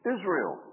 Israel